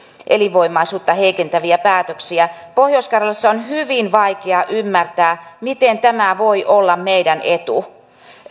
elinvoimaisuutta heikentäviä päätöksiä pohjois karjalassa on hyvin vaikea ymmärtää miten tämä voi olla meidän etu